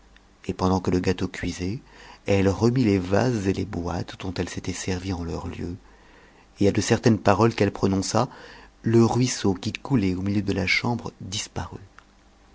et pendant que le gâteau cuisait elle remit les vases et les bottes dont elle s'était servie en leur lieu et à de certaines paroles qu'elle prononça le ruisseau qui coulait au milieu de la chambre disparut